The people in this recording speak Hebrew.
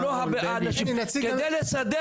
כדי לסדר